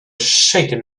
shaken